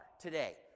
today